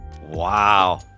Wow